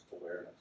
awareness